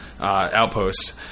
outpost